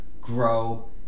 grow